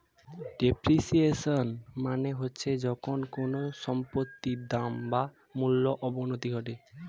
depreciation মানে হচ্ছে যখন কোনো সম্পত্তির দাম বা মূল্যর অবনতি ঘটে